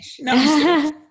No